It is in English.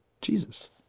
Jesus